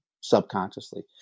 subconsciously